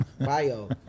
bio